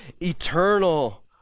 eternal